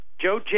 Joe